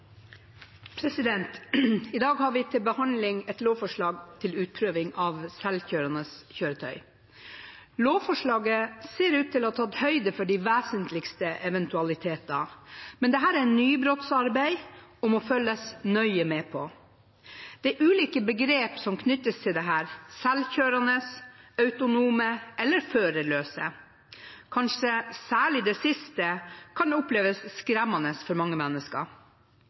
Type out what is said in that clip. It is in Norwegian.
til behandling et lovforslag om utprøving av selvkjørende kjøretøy. Lovforslaget ser ut til å ha tatt høyde for de vesentligste eventualiteter, men dette er nybrottsarbeid og må følges nøye med på. Det er ulike begreper som knyttes til dette: «selvkjørende», «autonome» eller «førerløse». Kanskje særlig det siste kan oppleves skremmende for mange mennesker.